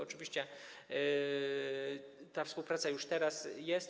Oczywiście ta współpraca już teraz jest.